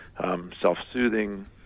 self-soothing